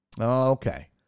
okay